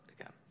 again